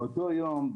באותו יום,